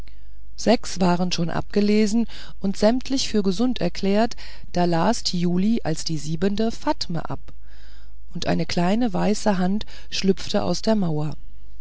sechs waren schon abgelesen und sämtlich für gesund erklärt da las thiuli als die siebende fatme ab und eine kleine weiße hand schlüpfte aus der mauer